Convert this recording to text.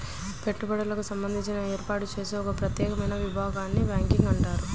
పెట్టుబడులకు సంబంధించి ఏర్పాటు చేసే ఒక ప్రత్యేకమైన విభాగాన్ని ఇన్వెస్ట్మెంట్ బ్యాంకింగ్ అంటారు